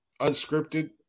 unscripted